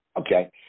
okay